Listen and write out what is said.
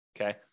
okay